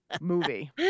Movie